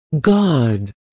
God